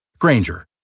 Granger